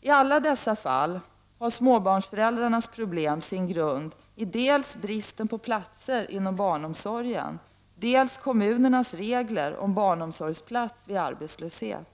I alla dessa fall har småbarnsföräldarnas problem sin grund i dels bristen på platser inom barnomsorgen, dels kommunernas regler om barnomsorgsplats vid arbetslöshet.